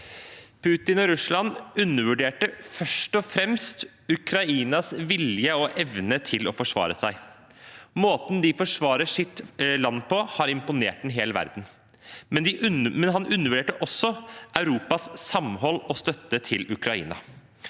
Putin og Russland undervurderte først og fremst Ukrainas vilje og evne til å forsvare seg. Måten de forsvarer sitt land på, har imponert en hel verden. Han undervurderte også Europas samhold og støtte til Ukraina.